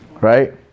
Right